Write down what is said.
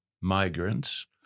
migrants